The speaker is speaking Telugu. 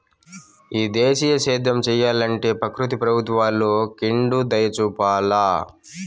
ఈ దేశీయ సేద్యం సెయ్యలంటే ప్రకృతి ప్రభుత్వాలు కెండుదయచూపాల